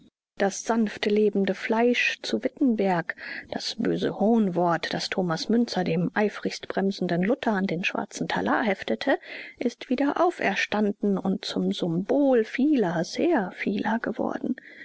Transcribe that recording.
das sanftlebende fleisch zu wittenberg das böse hohnwort das thomas münzer dem eifrigst bremsenden luther an den schwarzen talar heftete ist wieder auferstanden und zum symbol vieler sehr vieler geworden